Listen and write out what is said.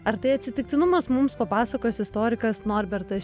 ar tai atsitiktinumas mums papasakos istorikas norbertas